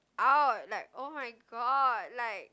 out like oh-my-god like